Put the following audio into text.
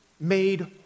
made